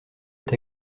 est